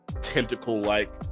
tentacle-like